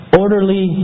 orderly